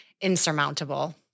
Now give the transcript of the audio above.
insurmountable